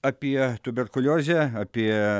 apie tuberkuliozę apie